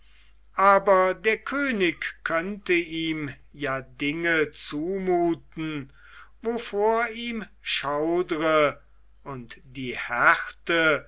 aber der könig könnte ihm ja dinge zumuthen wovor ihm schaudre und die härte